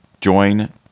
join